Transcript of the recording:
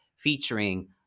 featuring